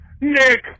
Nick